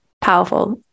powerful